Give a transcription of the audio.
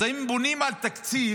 אז הם בונים על תקציב